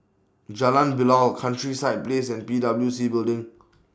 Jalan Bilal Countryside Place and P W C Building